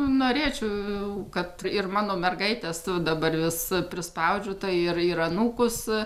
norėčiau kad ir mano mergaitės jau dabar visa prispaudžiu tai ir ir anūkus